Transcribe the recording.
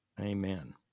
Amen